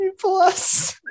Plus